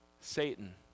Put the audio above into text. Satan